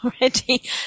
already